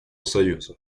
союза